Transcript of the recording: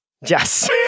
Yes